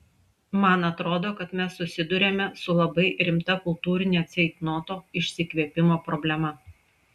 man atrodo kad mes susiduriame su labai rimta kultūrinio ceitnoto išsikvėpimo problema